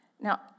Now